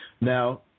Now